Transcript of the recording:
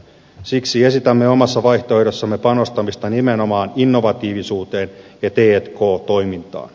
siksi esitämme omassa vaihtoehdossamme panostamista nimenomaan innovatiivisuuteen ja t k toimintaan